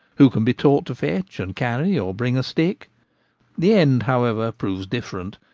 who can be taught to fetch and carry or bring a stick the end, however, proves different.